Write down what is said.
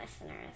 listeners